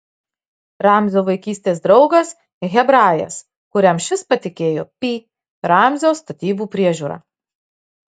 ramzio vaikystės draugas hebrajas kuriam šis patikėjo pi ramzio statybų priežiūrą